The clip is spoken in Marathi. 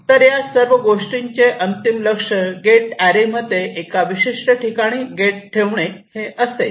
तर या सर्व गोष्टींचे अंतिम लक्ष्य गेट अॅरेमध्ये एका विशिष्ट ठिकाणी गेट ठेवणे असेल